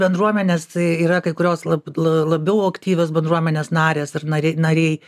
bendruomenės tai yra kai kurios lab la labiau aktyvios bendruomenės narės ir nariai nariai